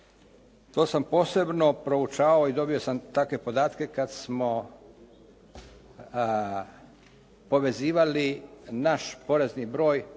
To sam posebno proučavao i dobio sam takve podatke kad smo povezivali naš porezni broj